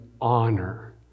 honor